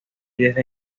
desde